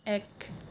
এক